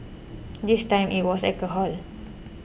this time it was alcohol